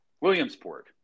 Williamsport